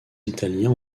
italiens